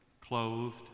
clothed